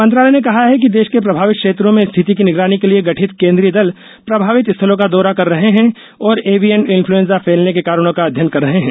मंत्रालय ने कहा है कि देश के प्रभावित क्षेत्रों में स्थिति की निगरानी के लिए गठित केंद्रीय दल प्रभावित स्थलों का दौरा कर रहे हैं और एविएन इन्यलएजा फैलने के कारणों का अध्ययन कर रहे हैं